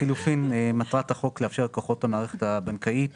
לחילופין, מטרת החוק לאפשר ללקוחות המערכת הבנקאית